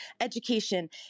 education